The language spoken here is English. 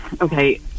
Okay